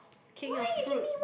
king of fruits